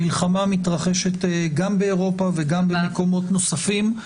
המלחמה מתרחשת גם באירופה וגם במקומות נוספים,